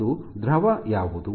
ಮತ್ತು ದ್ರವ ಯಾವುದು